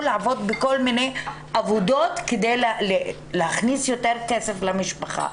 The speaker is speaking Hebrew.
לעבוד בכל מיני עבודות כדי להכניס יותר כסף למשפחה.